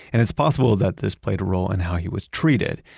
and it's possible that this played a role in how he was treated,